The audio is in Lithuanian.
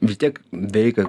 vis tiek veikia